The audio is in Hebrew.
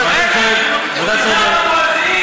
הוא דיבר על המואזין.